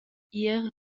ier